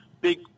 big